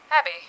Abby